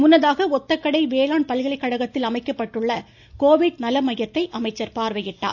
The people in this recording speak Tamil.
முன்னதாக ஒத்தக்கடை வேளாண் பல்கலைகழகத்தில் அமைக்கப்பட்டுள்ள கோவிட் நல மையத்தை அமைச்சர் பார்வையிட்டார்